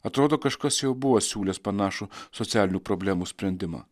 atrodo kažkas jau buvo siūlęs panašų socialinių problemų sprendimą